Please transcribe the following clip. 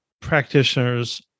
practitioners